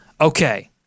Okay